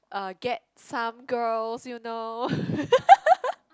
uh get some girls you know